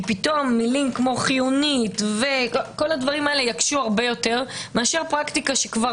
כי פתאום מילים כמו חיונית יקשו הרבה יותר מאשר פרקטיקה שכבר